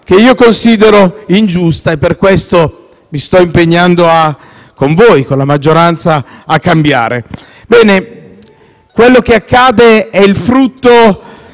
che io considero ingiusta, e per questo mi sto impegnando con voi, con la maggioranza, a cambiarla. Quello che accade è il frutto